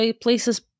places